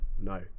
no